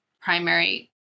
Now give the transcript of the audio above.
primary